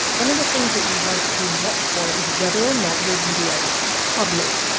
one of the things that you want to watch for is whether or not your video is public.